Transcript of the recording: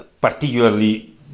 particularly